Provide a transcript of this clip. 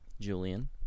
Julian